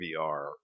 VR